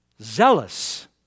Zealous